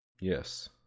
Yes